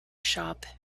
shop